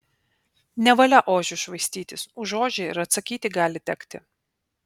nevalia ožiu švaistytis už ožį ir atsakyti gali tekti